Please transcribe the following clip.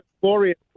Glorious